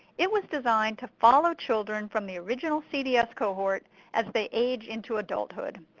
it was designed to follow children from the original cds cohort as they age into adulthood.